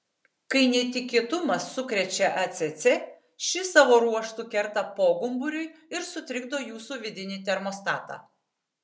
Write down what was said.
kai netikėtumas sukrečia acc ši savo ruožtu kerta pogumburiui ir sutrikdo jūsų vidinį termostatą